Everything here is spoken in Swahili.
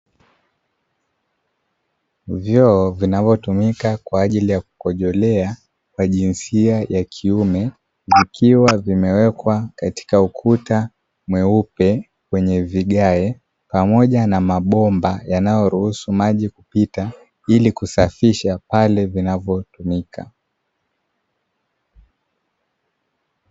Vyoo vinavotumika kwa ajili ya kukojolea kwa jinsia ya kiume, vikiwa vimewekwa katika ukuta mweupe wenye vigae pamoja na mabomba, yanayoruhusu maji kupita ili kusafisha pale vinapotumika.